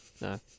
no